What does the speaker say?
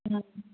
ꯎꯝ